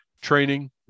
training